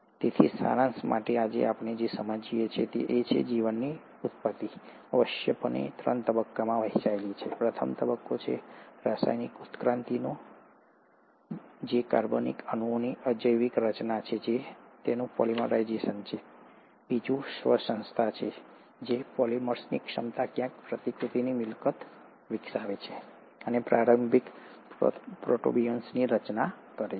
તેથી સારાંશ માટે આજે આપણે જે સમજીએ છીએ તે એ છે કે જીવનની ઉત્પત્તિ આવશ્યકપણે ત્રણ તબક્કામાં વહેંચાયેલી છે પ્રથમ તબક્કો રાસાયણિક ઉત્ક્રાંતિનો તબક્કો છે જે કાર્બનિક અણુઓની અજૈવિક રચના છે અને તેનું પોલિમરાઇઝેશન છે બીજું સ્વ સંસ્થા છે અને આ પોલિમર્સની ક્ષમતા ક્યાંક પ્રતિકૃતિની મિલકત વિકસાવે છે અને પ્રારંભિક પ્રોટોબિયોન્ટ્સની રચના કરે છે